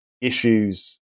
issues